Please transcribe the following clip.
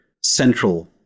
central